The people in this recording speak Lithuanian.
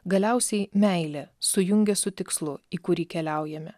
galiausiai meilė sujungia su tikslu į kurį keliaujame